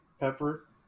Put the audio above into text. pepper